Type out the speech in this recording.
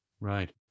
right